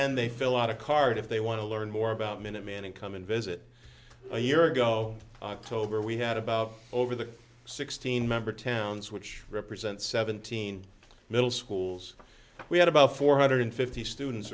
end they fill out a card if they want to learn more about minuteman and come and visit a year ago i took over we had about over the sixteen member towns which represent seventeen middle schools we had about four hundred fifty students